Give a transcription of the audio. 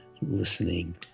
listening